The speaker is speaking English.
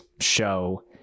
show